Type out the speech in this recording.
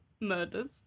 murders